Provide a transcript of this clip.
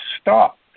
stop